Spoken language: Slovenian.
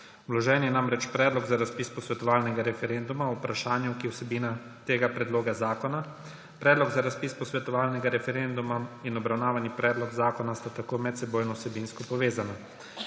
Vložen je namreč predlog za razpis posvetovalnega referenduma o vprašanju, ki je vsebina tega predloga zakona. Predlog za razpis posvetovalnega referenduma in obravnavani predlog zakona sta tako medsebojno vsebinsko povezana.